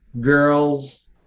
girls